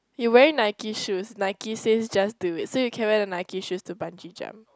you wearing Nike shoes Nike says just do it so you can wear the Nike shoes to bungee jump